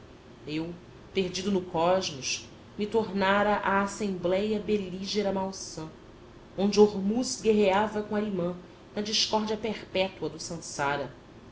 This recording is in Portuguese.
eu perdido no cosmos me tornara a assembléia belígera malsã onde ormuzd guerreava com arimã na discórdia perpétua do sansara